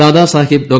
Dadasaheb Dr